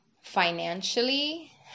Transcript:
financially